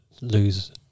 lose